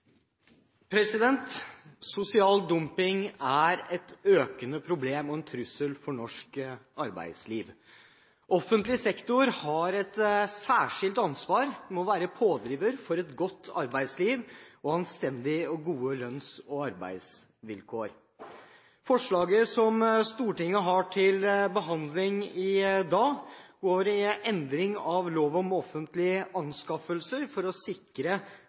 et økende problem og en trussel for norsk arbeidsliv. Offentlig sektor har et særskilt ansvar for å være pådriver for et godt arbeidsliv og anstendige og gode lønns- og arbeidsvilkår. Forslaget som Stortinget har til behandling i dag, går på endringer i lov om offentlige anskaffelser for å